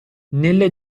nelle